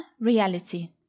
reality